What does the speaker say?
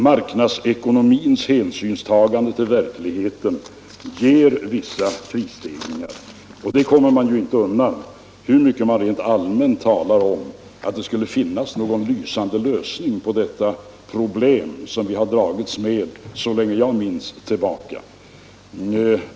Marknadsekonomins hänsynstagande till verkligheten ger vissa prisstegringar, och det kommer man inte undan hur mycket man än rent allmänt talar om att det skulle finnas någon lysande lösning på detta problem som vi har dragits med så länge jag kan minnas tillbaka.